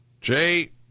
Jay